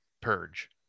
purge